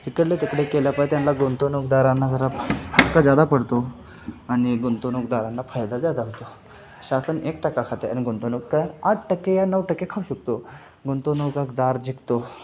इकडचे तिकडे केल्यापायी त्यांना गुंतवणूकदारांना जरा फटका जादा पडतो आणि गुंतवणूकदारांना फायदा जादा होतो शासन एक टक्का खाते आणि गुंतवणूकदार आठ टक्के या नऊ टक्के खाऊ शकतो गुंतवणूकदार जिंकतो